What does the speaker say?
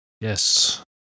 Yes